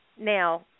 Now